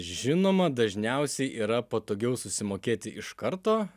žinoma dažniausiai yra patogiau susimokėti iš karto